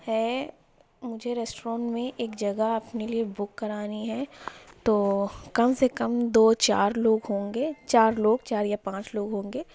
ہے مجھے ریسٹورینٹ میں ایک جگہ اپنے لیے بک کرانی ہے تو کم سے کم دو چار لوگ ہوں گے چار لوگ چار یا پانچ لوگ ہوں گے